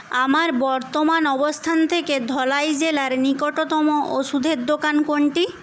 আমার বর্তমান অবস্থান থেকে ধলাই জেলার নিকটতম ওষুধের দোকান কোনটি